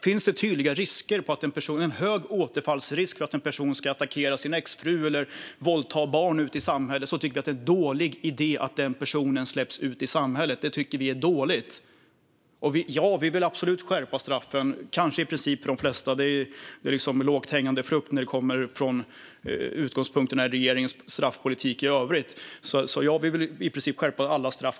Finns det en hög återfallsrisk för en person - en risk för att den personen ska attackera sin exfru eller våldta barn ute i samhället - tycker vi att det är en dålig idé att den personen släpps ut i samhället. Det tycker vi är dåligt. Ja, vi vill absolut skärpa straffen, i princip de flesta. Det är liksom lågt hängande frukt när utgångspunkten är regeringens straffpolitik i övrigt. Ja, vi vill i princip skärpa alla straff.